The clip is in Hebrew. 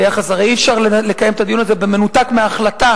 הרי אי-אפשר לקיים את הדיון הזה במנותק מההחלטה